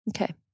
Okay